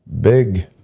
big